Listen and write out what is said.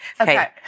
Okay